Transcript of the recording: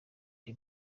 the